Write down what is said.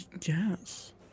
yes